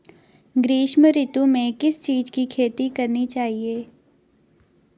ग्रीष्म ऋतु में किस चीज़ की खेती करनी चाहिये?